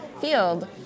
field